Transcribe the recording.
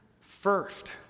first